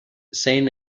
saint